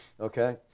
okay